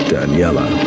Daniela